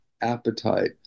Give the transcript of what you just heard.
appetite